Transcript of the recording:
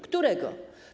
Którego?